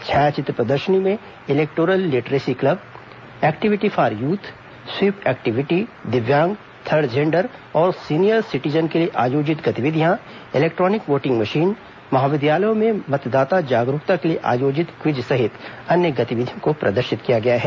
छायाचित्र प्रदर्शनी में electoral literacy club activity for youth SVEEP activity दिव्यांग थर्ड जेंडर और सीनियर सिटीजन के लिए आयोजित गतिविधियां इलेक्ट्रॉनिक वोटिंग मशीन महाविद्यालयों में मतदाता जागरूकता के लिए आयोजित क्विज सहित अन्य गतिविधियों को प्रदर्शित किया गया है